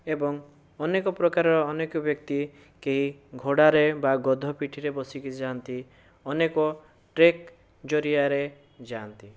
ଏବଂ ଅନେକପ୍ରକାର ଅନେକ ବ୍ୟକ୍ତି କି ଘୋଡ଼ାରେ ବା ଗଧ ପିଠିରେ ବସିକି ଯାଆନ୍ତି ଅନେକ ଟ୍ରେକ ଜରିଆରେ ଯାଆନ୍ତି